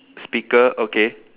speaker okay